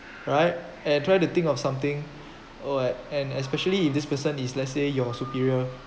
right and I tried to think of something uh and especially if this person is let's say your superior